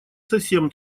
совсем